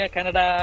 Canada